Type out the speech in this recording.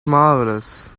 marvelous